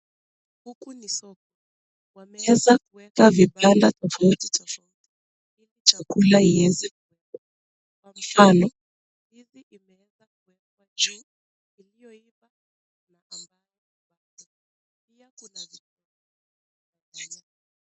Huku ni soko, wameza kuweka vibanda tofauti tofauti ili chakula iweze kuwekwa. Kwa mfano, hizi imeweza kuwekwa juu iliyoiva na ambayo bado. Pia kuna vibanda vya nyanya.